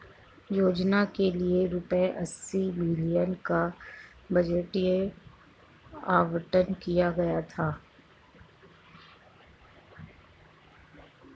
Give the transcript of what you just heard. योजना के लिए रूपए अस्सी बिलियन का बजटीय आवंटन किया गया था